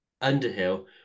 Underhill